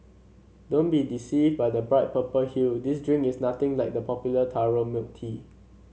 don't be deceived by the bright purple hue this drink is nothing like the popular taro milk tea